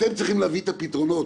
אתם צריכים להביא את הפתרונות.